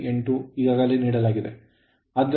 K N1N2 ಈಗಾಗಲೇ ನೀಡಲಾಗಿದೆ